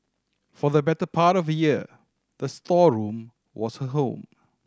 for the better part of a year the storeroom was her home